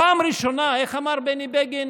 פעם ראשונה, איך אמר בני בגין,